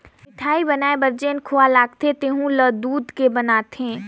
मिठाई बनाये बर जेन खोवा लगथे तेहु ल दूद के बनाथे